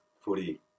footy